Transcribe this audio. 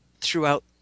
throughout